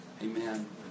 Amen